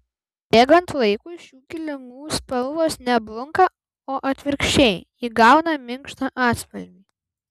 bėgant laikui šių kilimų spalvos ne blunka o atvirkščiai įgauna minkštą atspalvį